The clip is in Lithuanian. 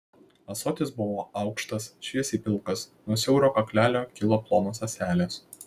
ąsotis buvo aukštas šviesiai pilkas nuo siauro kaklelio kilo plonos ąselės